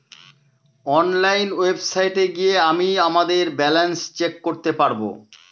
online ওয়েবসাইটে গিয়ে আমিই আমাদের ব্যালান্স চেক করতে পারবো